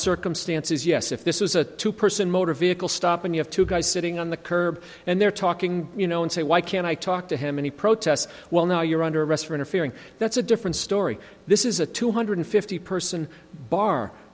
circumstances yes if this is a two person motor vehicle stop and you have two guys sitting on the curb and they're talking you know and say why can't i talk to him any protests well now you're under arrest for interfering that's a different story this is a two hundred fifty person bar